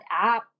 app